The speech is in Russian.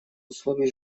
условий